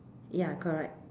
ya correct